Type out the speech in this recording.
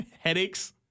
Headaches